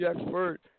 expert